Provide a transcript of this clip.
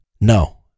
No